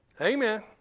Amen